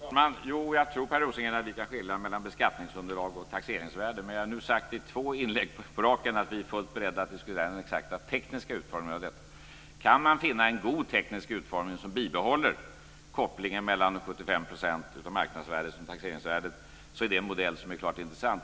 Fru talman! Jag tror, Per Rosengren, att vi kan skilja mellan beskattningsunderlag och taxeringsvärde. Jag har nu sagt i två inlägg på raken att vi är fullt beredda att diskutera den exakta tekniska utformningen av detta. Kan man finna en god teknisk utformning som bibehåller kopplingen mellan 75 % av marknadsvärdet och taxeringsvärdet är det en modell som är klart intressant.